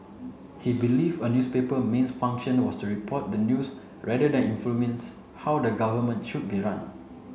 he believed a newspaper mains function was to report the news rather than influence how the government should be run